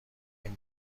این